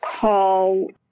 call